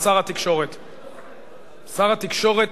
שר התקשורת.